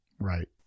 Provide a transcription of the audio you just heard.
Right